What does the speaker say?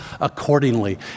accordingly